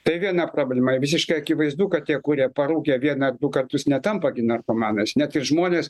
tai viena problema visiškai akivaizdu kad tie kurie parūkė vieną ar du kartus netampa narkomanais net ir žmonės